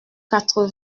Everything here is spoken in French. quatre